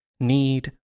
need